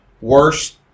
worst